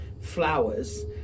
flowers